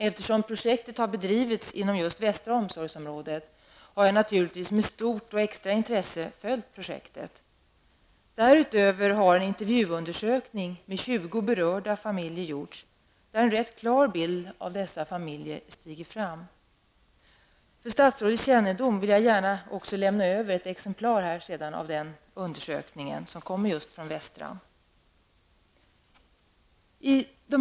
Eftersom projektet har bedrivits inom just västra omsorgsområdet har jag naturligtvis med extra stort intresse följt det. Därutöver har en intervjuundersökning med 20 berörda familjer gjorts, där en rätt klar bild av dessa familjer stiger fram. För statsrådets kännedom vill jag gärna lämna över ett exemplar av denna undersökning som har gjorts i västra omsorgsområdet.